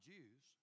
Jews